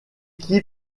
qui